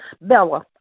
Bella